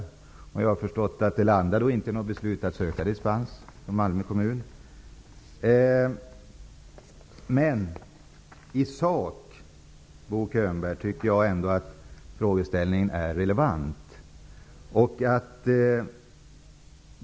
I Malmö kommun fattades inte något beslut om att söka dispens. Men, Bo Könberg, i sak tycker jag ändå att frågan är relevant.